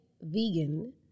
vegan